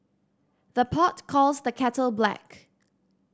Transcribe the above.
the pot calls the kettle black